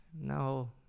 no